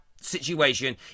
situation